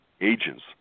agent's